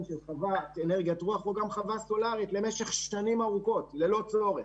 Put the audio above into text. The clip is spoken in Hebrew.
של חוות אנרגיית רוח או גם חווה סולארית למשך שנים ארוכות ללא צורך.